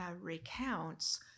recounts